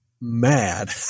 mad